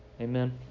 Amen